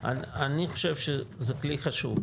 אני חושב שזה כלי חשוב.